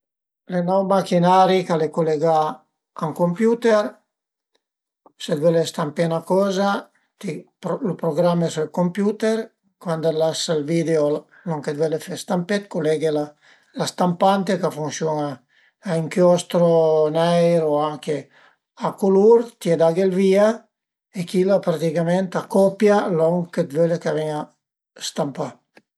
Al e n'aut machinari ch'al e culegà a ün computer, se völe stampé 'na coza, ti lu programme s'ël computer, cuand l'as ël video, lon che völe fe stampé culeghe la stampante ch'a funsiun-a a inchiostro o neir o anche a culur, t'ie daghe ël vìa e chila praticament a copia lon che völe ch'a ven-a stampà